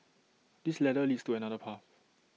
this ladder leads to another path